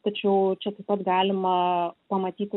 tačiau čia taip pat galima pamatyti